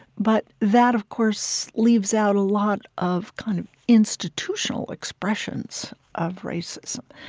but that, of course, leaves out a lot of kind of institutional expressions of racism,